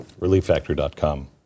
relieffactor.com